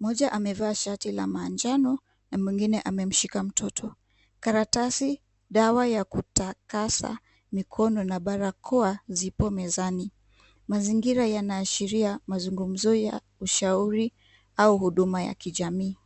Mmoja amevaa shati la manjano na mwingine amemshika mtoto. Karatasi, dawa ya kutakasa mikono na barakoa zipo mezani. Mazingira yanaashiria mazungumzo ya ushauri au huduma ya kijamii.